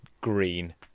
green